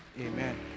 Amen